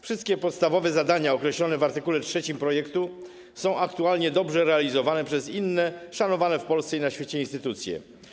Wszystkie podstawowe zadania określone w art. 3 projektu są aktualnie dobrze realizowane przez inne szanowane w Polsce i na świecie instytucje.